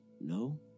No